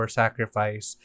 sacrifice